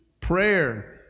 Prayer